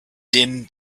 din